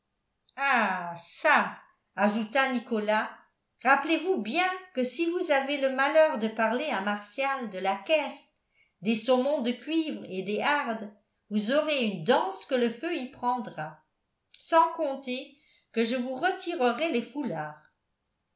ah çà ajouta nicolas rappelez-vous bien que si vous avez le malheur de parler à martial de la caisse des saumons de cuivre et des hardes vous aurez une danse que le feu y prendra sans compter que je vous retirerai les foulards